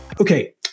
Okay